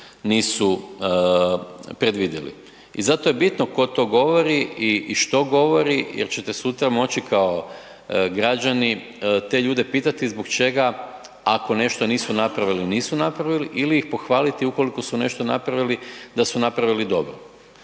nisu predvidjeli. I zato je bitno tko to govori i što govori jer ćete sutra moći kao građani te ljude pitati zbog čega, ako nešto nisu napravili nisu napravili ili ih pohvaliti ukoliko su nešto napravili da su napravili dobro.